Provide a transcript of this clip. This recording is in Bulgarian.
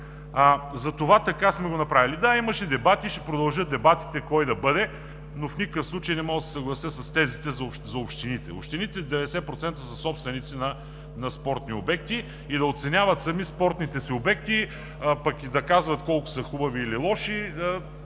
Затова така сме го направили. Да, имаше дебати, и ще продължат дебатите кой да бъде, но в никакъв случай не мога да се съглася с тезите за общините. Деветдесет процента от общините са собственици на спортни обекти и да оценяват сами спортните си обекти, пък и да казват колко са хубави или лоши,